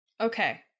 Okay